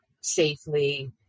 safely